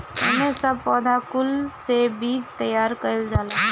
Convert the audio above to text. एमे सब पौधा कुल से बीज तैयार कइल जाला